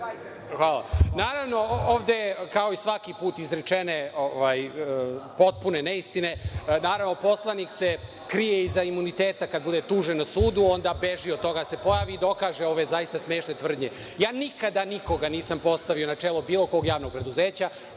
Hvala. Naravno, ovde su, kao i svaki put, izrečene potpune neistine. Poslanik se krije iza imuniteta. Kad bude tužan na sudu, onda beži od toga da se pojavi i dokaže ove zaista smešne tvrdnje. Ja nikada nikoga nisam postavio na čelo bilo kog javnog preduzeća.